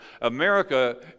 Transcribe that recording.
America